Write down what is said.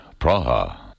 Praha